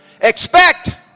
Expect